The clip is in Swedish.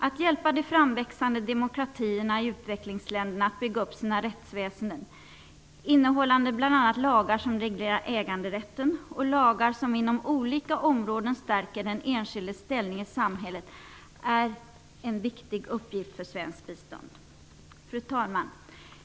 Att hjälpa de framväxande demokratierna i utvecklingsländerna att bygga upp sina rättsväsenden, innehållande bl.a. lagar som reglerar äganderätten och lagar som inom olika områden stärker den enskildes ställning i samhället, är en viktig uppgift för svenskt bistånd. Fru talman!